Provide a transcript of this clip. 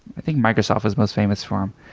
i think microsoft was most famous for um